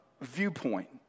viewpoint